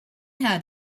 had